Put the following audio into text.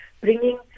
bringing